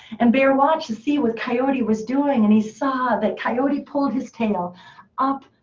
and bear watched to see what coyote was doing, and he saw that coyote pulled his tail up,